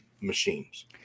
machines